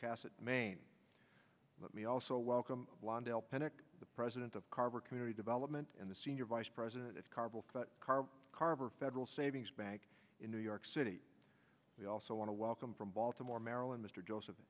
castle maine let me also welcome londell penick the president of carver community development and the senior vice president of car carver federal savings bank in new york city we also want to welcome from baltimore maryland mr joseph